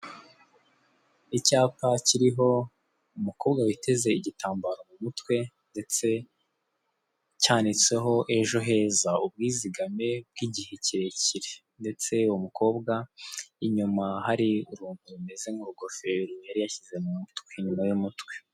Icyapa kiriho umukobwa witeze igitambaro mu mutwe ndetse cyanditseho ejo heza ubwizihame bw'igihe kirekire ndetse uwo mukobwa inyuma hari uruntu rumeze nk'urugofero yari yashyize mu mutwe inyuma y'umutwe.